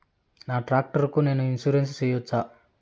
నా టాక్టర్ కు నేను ఇన్సూరెన్సు సేయొచ్చా?